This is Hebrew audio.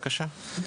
בבקשה.